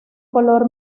color